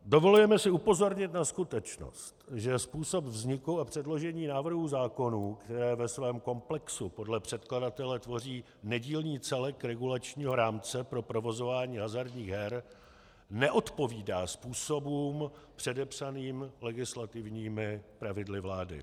Dovolujeme si upozornit na skutečnost, že způsob vzniku a předložení návrhu zákonů, které ve svém komplexu podle předkladatele tvoří nedílný celek regulačního rámce pro provozování hazardních her, neodpovídá způsobům předepsaným legislativními pravidly vlády.